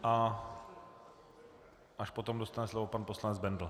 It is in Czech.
A až potom dostane slovo pan poslanec Bendl.